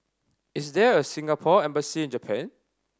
is there a Singapore Embassy in Japan